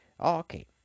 Okay